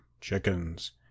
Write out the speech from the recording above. chickens